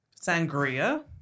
Sangria